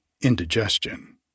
indigestion